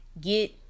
get